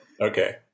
okay